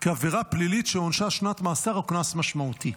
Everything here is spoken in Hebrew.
כעבירה פלילית שעונשה שנת מאסר או קנס משמעותי.